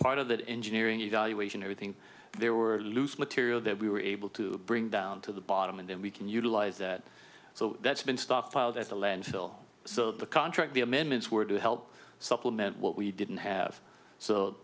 part of that engineering evaluation everything there were loose material that we were able to bring down to the bottom and then we can utilize that so that's been stockpiled at the landfill so the contract the amendments were to help supplement what we didn't have so